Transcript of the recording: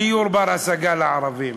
דיור בר-השגה לערבים.